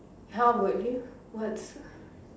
how about you what's